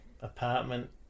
apartment